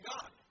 God